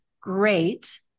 great